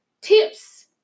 tips